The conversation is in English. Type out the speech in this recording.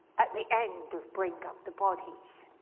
at the end of bring up the bodies.